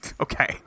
Okay